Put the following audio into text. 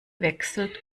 wechselt